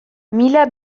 mila